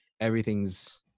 everything's